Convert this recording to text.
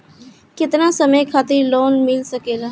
केतना समय खातिर लोन मिल सकेला?